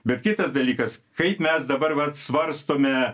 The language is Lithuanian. bet kitas dalykas kaip mes dabar vat svarstome